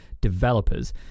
developers